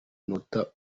munota